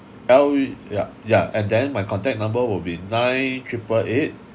L yeah yeah and then my contact number will be nine triple eight